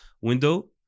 window